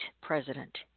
president